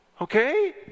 okay